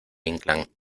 inclán